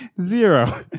Zero